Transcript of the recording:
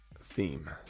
theme